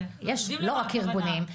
אבל יש לא רק ארגונים,